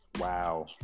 Wow